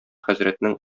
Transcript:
хәзрәтнең